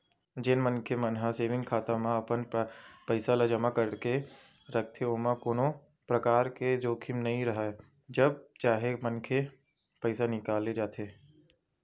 जेन मनखे मन ह सेंविग खाता म अपन पइसा ल जमा करके रखथे ओमा कोनो परकार के जोखिम नइ राहय जब चाहे मनखे पइसा निकाल लेथे